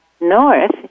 north